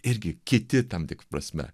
irgi kiti tam tik prasme